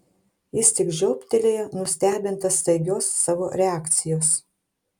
jis tik žioptelėjo nustebintas staigios savo reakcijos